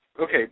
Okay